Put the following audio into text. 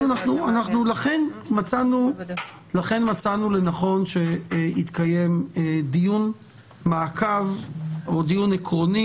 לכן מצאנו לנכון שיתקיים דיון מעקב או דיון עקרוני.